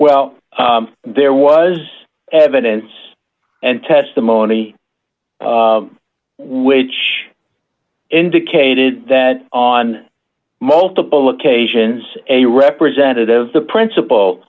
well there was evidence and testimony which indicated that on multiple occasions a representative the princip